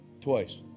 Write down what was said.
Twice